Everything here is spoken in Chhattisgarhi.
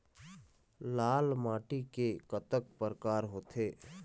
लाल माटी के कतक परकार होथे?